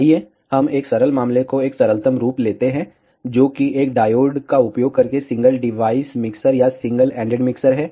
आइए हम एक सरल मामले को एक सरलतम रूप लेते हैं जो कि एक डायोड का उपयोग करके सिंगल डिवाइस मिक्सर या सिंगल एंडेड मिक्सर है